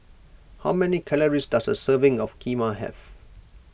how many calories does a serving of Kheema have